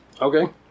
Okay